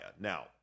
Now